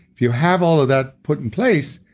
if you have all of that put in place,